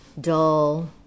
dull